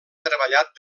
treballat